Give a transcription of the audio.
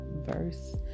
verse